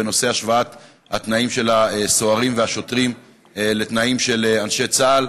בנושא השוואת התנאים של הסוהרים והשוטרים לתנאים של אנשי צה"ל.